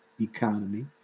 economy